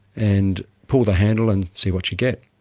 and pull the handle and see what you get.